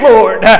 Lord